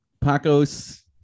Pacos